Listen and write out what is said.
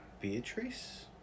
Beatrice